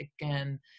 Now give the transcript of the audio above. again